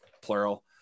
plural